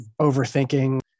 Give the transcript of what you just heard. overthinking